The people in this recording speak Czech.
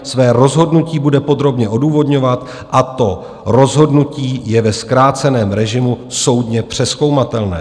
Své rozhodnutí bude podrobně odůvodňovat a to rozhodnutí je ve zkráceném režimu soudně přezkoumatelné.